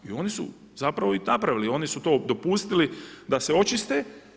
I oni su zapravo i napravili, oni su to dopustili da se očiste.